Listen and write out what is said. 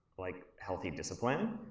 like healthy discipline.